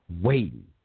waiting